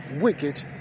wicked